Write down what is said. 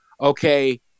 okay